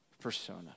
persona